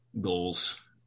goals